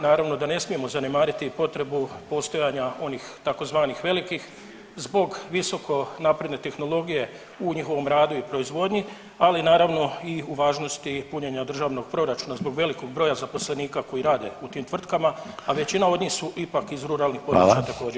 Naravno da ne smijemo zanemariti i potrebu postojanja onih tzv. velikih zbog visoko napredne tehnologije u njihovom radu i proizvodnji, ali naravno i u važnosti punjenja državnog proračuna zbog velikog broja zaposlenika koji rade u tim tvrtkama, a većina od njih su ipak iz ruralnih područja također.